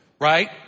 right